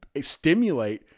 stimulate